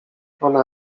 ona